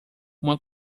uma